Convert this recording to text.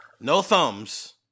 No-thumbs